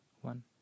one